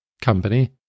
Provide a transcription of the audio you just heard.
company